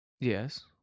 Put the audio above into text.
Yes